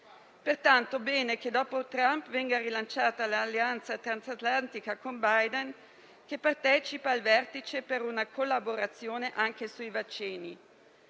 Pertanto, è bene che dopo Trump venga rilanciata l'alleanza transatlantica con Biden, che partecipa al vertice per una collaborazione anche sui vaccini.